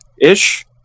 Ish